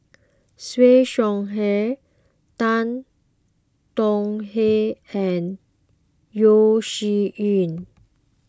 Siew Shaw Her Tan Tong Hye and Yeo Shih Yun